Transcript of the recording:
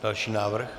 Další návrh.